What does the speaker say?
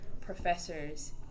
professors